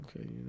Okay